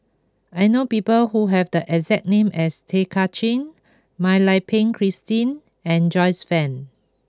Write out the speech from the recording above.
I know people who have the exact name as Tay Kay Chin Mak Lai Peng Christine and Joyce Fan